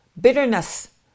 bitterness